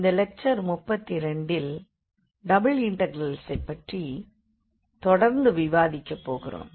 இந்த லெக்சர் 32 ல் டபுள் இண்டெக்ரல்ஸைப் பற்றி தொடர்ந்து விவாதிக்கப் போகிறோம்